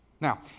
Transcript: Now